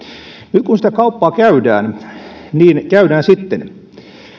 nyt kun sitä kauppaa käydään niin käydään sitten